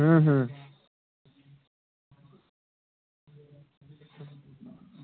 হুম হুম